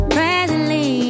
Presently